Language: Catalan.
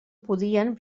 podien